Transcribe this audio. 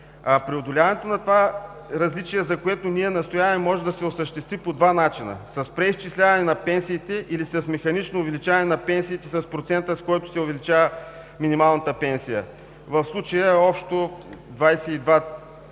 Преодоляването на това различие, за което ние настояваме, може да се осъществи по два начина: с преизчисляване на пенсиите или с механично увеличаване на пенсиите с процента, с който се увеличава минималната пенсия, в случая общо 22,6%.